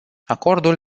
acordul